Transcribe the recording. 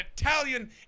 Italian